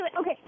okay